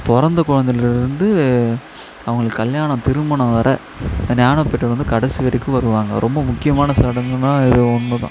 பிறந்த கொழந்தைலருந்து அவங்களுக்கு கல்யாணம் திருமணம் வர ஞானப்பெற்றோர் வந்து கடைசி வரைக்கும் வருவாங்க ரொம்ப முக்கியமான சடங்குன்னா இது ஒன்றுதான்